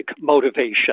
motivation